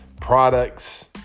products